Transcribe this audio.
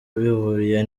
bihuriye